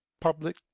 public